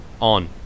On